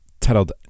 titled